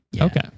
Okay